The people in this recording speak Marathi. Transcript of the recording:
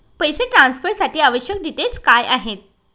पैसे ट्रान्सफरसाठी आवश्यक डिटेल्स काय आहेत?